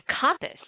compass